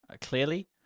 clearly